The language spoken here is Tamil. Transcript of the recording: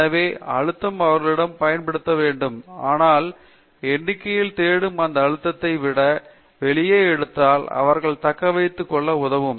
எனவே அழுத்தம் அவர்களிடம் பயன்படுத்தப்பட வேண்டும் ஆனால் எண்ணிக்கையைத் தேடும் இந்த அழுத்தத்தை வெளியே எடுத்தால் அவர்களைத் தக்கவைத்துக் கொள்ள உதவும்